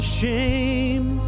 shame